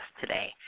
today